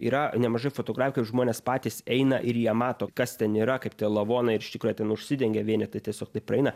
yra nemažai fotografijų ir žmonės patys eina ir jie mato kas ten yra kaip tie lavonai ir iš tikro jie ten užsidengia vienetai tiesiog taip praeina